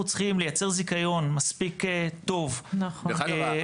צריכים לייצר זיכיון מספיק טוב --- דרך אגב,